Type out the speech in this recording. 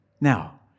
Now